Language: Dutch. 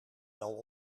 wel